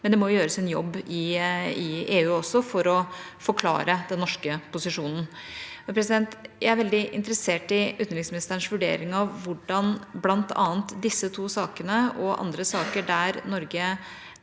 men det må gjøres en jobb i EU også for å forklare den norske posisjonen. Jeg er veldig interessert i utenriksministerens vurdering av hvordan bl.a. disse to sakene og andre saker der Norge